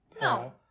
No